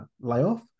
layoff